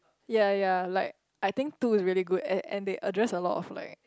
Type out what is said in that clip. ya ya like I think two is really good and and then address a lot of like